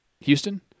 Houston